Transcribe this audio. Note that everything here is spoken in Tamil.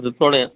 விப்ரோவில்